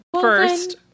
First